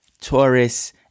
Taurus